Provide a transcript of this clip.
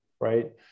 Right